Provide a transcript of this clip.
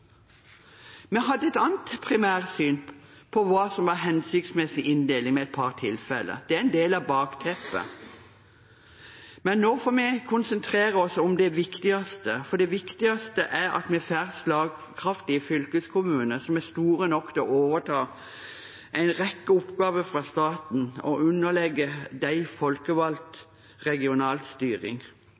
Vi hadde et annet primærsyn på hva som var hensiktsmessig inndeling ved et par tilfeller. Det er en del av bakteppet. Men nå får vi konsentrere oss om det viktigste, og det viktigste er at vi får slagkraftige fylkeskommuner som er store nok til å overta en rekke oppgaver fra staten og underlegge dem folkevalgt regional styring.